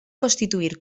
constituir